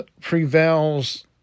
prevails